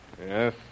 Yes